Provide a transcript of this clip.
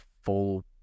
full